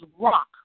rock